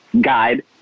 guide